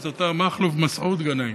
אז אתה מכלוף מסעוד גנאים.